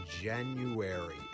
January